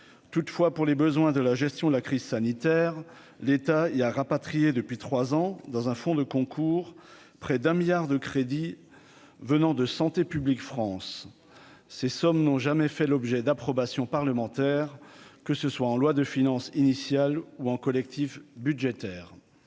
toutefois pour les besoins de la gestion de la crise sanitaire l'état il y a rapatrié depuis 3 ans dans un fonds de concours, près d'un milliard de crédits venant de santé publique France ces sommes n'ont jamais fait l'objet d'approbation parlementaire, que ce soit en loi de finances initiale ou en collectif budgétaire,